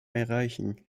erreichen